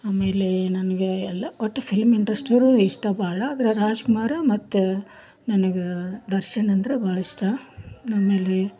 ಆಮೇಲೆ ನನಗೆ ಎಲ್ಲ ಒಟ್ಟು ಫಿಲ್ಮ್ ಇಂಟ್ರೆಸ್ಟ್ ಇರು ಇಷ್ಟ ಭಾಳ ಆದ್ರೆ ದ್ರ ರಾಜ್ಕುಮಾರ ಮತ್ತು ನನಗೆ ದರ್ಶನ್ ಅಂದ್ರೆ ಭಾಳಿಷ್ಟ ಆಮೇಲೆ